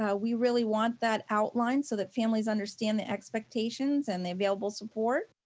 yeah we really want that outlined so that families understand the expectations and the available support.